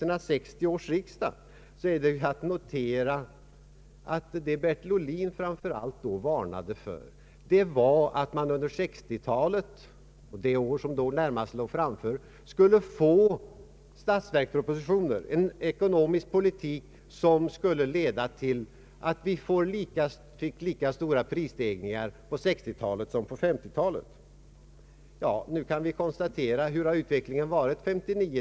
Det var ju den utvecklingen som Bertil Ohlin varnade för.